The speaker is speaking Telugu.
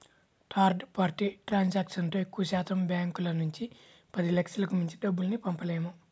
థర్డ్ పార్టీ ట్రాన్సాక్షన్తో ఎక్కువశాతం బ్యాంకుల నుంచి పదిలక్షలకు మించి డబ్బుల్ని పంపలేము